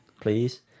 please